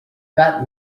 that